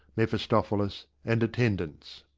mephistophilis, and attendants.